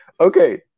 Okay